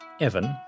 Evan